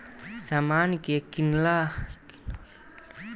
समान के किनला पर दियाये वाला टैक्स राज्य सरकार अउरी केंद्र सरकार दुनो के मिलेला